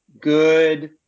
good